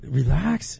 relax